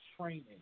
training